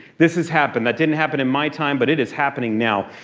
this is happen. that didn't happen in my time, but it is happening now.